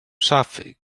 szafy